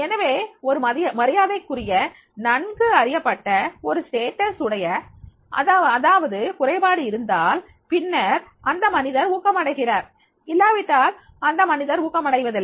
எனவே ஒரு மரியாதைக்குரிய நன்கு அறியப்பட்ட ஒரு ஸ்டேட்டஸ் உடைய அதாவது குறைபாடு இருந்தால் பின்னர் அந்த மனிதர் ஊக்கம் அடைகிறார் இல்லாவிட்டால் அந்த மனிதர் ஊக்கம் அடைவதில்லை